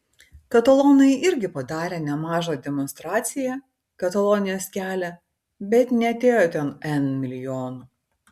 katalonai irgi padarė nemažą demonstraciją katalonijos kelią bet neatėjo ten n milijonų